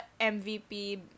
MVP